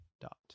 dot